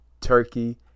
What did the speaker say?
Turkey